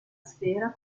sfera